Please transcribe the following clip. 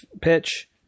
pitch